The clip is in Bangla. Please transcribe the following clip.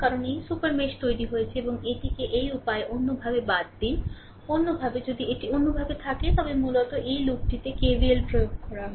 কারণ এই সুপার মেশ তৈরি হয়েছে এবং এটিকে এই উপায়ে অন্যভাবে বাদ দিন অন্যভাবে যদি এটি অন্যভাবে থাকে তবে মূলত এই লুপটিতে KVL প্রয়োগ করা হয়